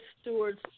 stewards